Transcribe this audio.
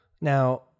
now